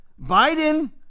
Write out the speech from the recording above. Biden